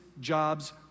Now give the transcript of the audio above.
jobs